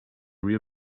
real